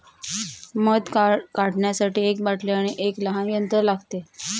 मध काढण्यासाठी एक बाटली आणि एक लहान यंत्र लागते